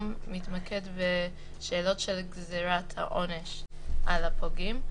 מתמקד בשאלות של גזירת העונש על הפוגעים.